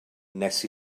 nes